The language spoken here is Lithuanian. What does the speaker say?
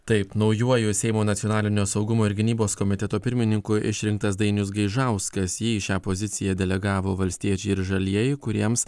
taip naujuoju seimo nacionalinio saugumo ir gynybos komiteto pirmininku išrinktas dainius gaižauskas jį į šią poziciją delegavo valstiečiai ir žalieji kuriems